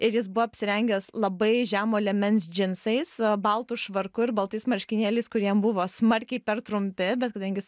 ir jis buvo apsirengęs labai žemo liemens džinsais baltu švarku ir baltais marškinėliais kurie jam buvo smarkiai per trumpi bet kadangi jis